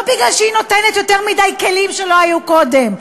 לא מפני שהיא נותנת יותר מדי כלים שלא היו קודם,